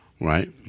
Right